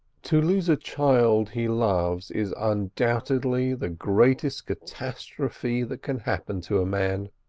to lose a child he loves is undoubtedly the greatest catastrophe that can happen to a man.